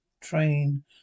train